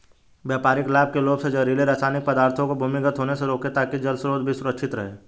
व्यापारिक लाभ के लोभ से जहरीले रासायनिक पदार्थों को भूमिगत होने से रोकें ताकि जल स्रोत भी सुरक्षित रहे